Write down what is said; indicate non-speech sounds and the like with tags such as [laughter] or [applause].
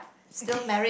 okay [laughs]